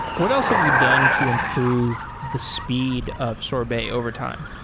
what else have you done to improve the speed of sorbet overtime?